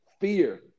Fear